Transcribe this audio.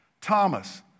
Thomas